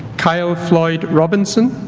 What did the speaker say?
kyle floyd robinson